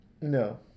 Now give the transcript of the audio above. no